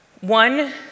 One